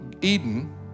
Eden